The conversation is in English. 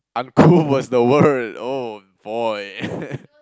uncouth was the word oh boy